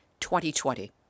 2020